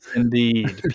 indeed